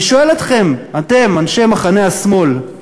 אני שואל אתכם, אתם, אנשי מחנה השמאל: